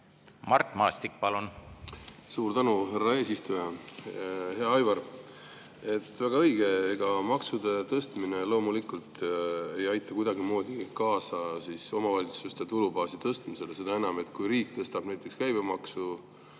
Mart Maastik, palun! Suur tänu, härra eesistuja! Hea Aivar! Väga õige, maksude tõstmine loomulikult ei aita kuidagimoodi kaasa omavalitsuste tulubaasi tõstmisele. Seda enam, et kui riik tõstab näiteks käibemaksu